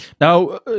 Now